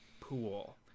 pool